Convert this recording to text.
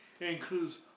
includes